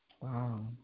Wow